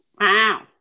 wow